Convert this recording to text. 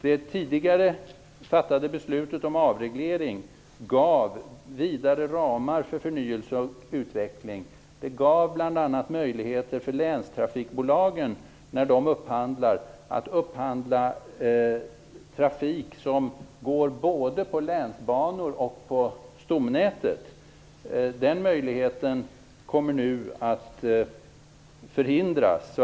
Det tidigare fattade beslutet om avreglering gav vidare ramar för förnyelse och utveckling. Det gav bl.a. möjligheter för länstrafikbolagen att upphandla trafik som går både på länsbanor och på stomnätet. Den möjligheten kommer nu att förhindras.